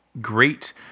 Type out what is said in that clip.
great